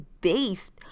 based